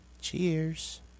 Cheers